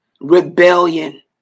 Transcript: rebellion